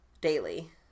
daily